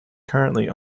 currently